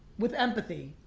with empathy